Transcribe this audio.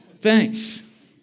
Thanks